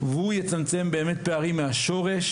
והוא יצמצם באמת פערים מהשורש